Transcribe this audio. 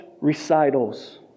recitals